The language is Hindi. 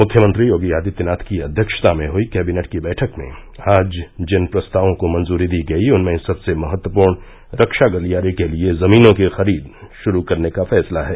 मुख्यमंत्री योगी आदित्यनाथ की अध्यक्षता में हुई कैंबिनेट की बैठक में आज जिन प्रस्तावों को मंजूरी दी गई उनमें सबसे महत्वपूर्ण रक्षा गलियारे के लिये जमीनों की खरीद शुरू करने का फैसला है